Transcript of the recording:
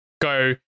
go